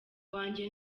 wanjye